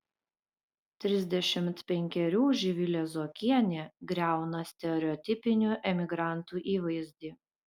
trisdešimt penkerių živilė zuokienė griauna stereotipinių emigrantų įvaizdį